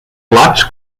plats